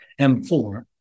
M4